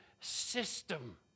system